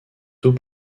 tôt